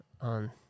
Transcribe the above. on